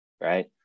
right